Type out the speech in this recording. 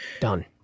Done